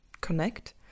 connect